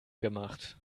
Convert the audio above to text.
gemacht